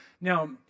Now